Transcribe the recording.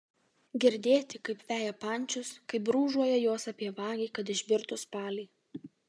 girdėti kaip veja pančius kaip brūžuoja juos apie vagį kad išbirtų spaliai